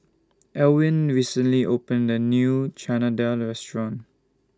Elwin recently opened A New Chana Dal Restaurant